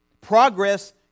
Progress